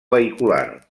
vehicular